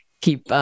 keep